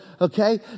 okay